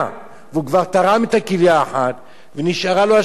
והוא כבר תרם כליה אחת ונשארה לו השנייה,